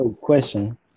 question